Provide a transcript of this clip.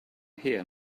here